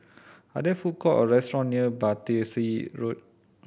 are there food courts or restaurants near Battersea Road